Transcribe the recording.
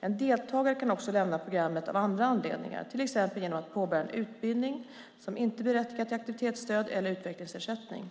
En deltagare kan också lämna programmet av andra anledningar, till exempel genom att påbörja en utbildning som inte berättigar till aktivitetsstöd eller utvecklingsersättning.